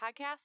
Podcast